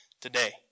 today